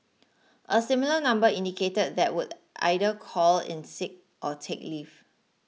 a similar number indicated that would either call in sick or take leave